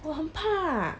我很怕